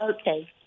Okay